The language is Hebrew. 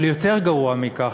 אבל יותר גרוע מכך,